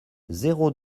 zéro